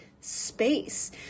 space